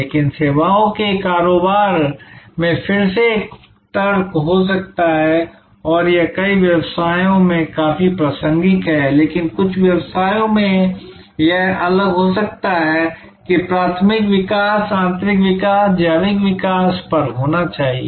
लेकिन सेवाओं के कारोबार में फिर से एक तर्क हो सकता है और यह कई व्यवसायों में काफी प्रासंगिक है लेकिन कुछ व्यवसायों में यह अलग हो सकता है कि प्राथमिक विकास आंतरिक विकास जैविक विकास पर होना चाहिए